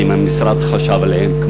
האם המשרד חשב עליהם?